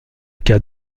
cas